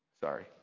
Sorry